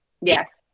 Yes